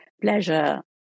pleasure